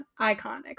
iconic